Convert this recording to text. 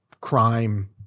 crime